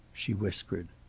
she whispered.